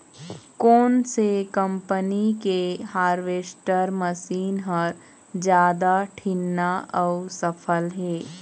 कोन से कम्पनी के हारवेस्टर मशीन हर जादा ठीन्ना अऊ सफल हे?